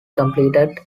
completed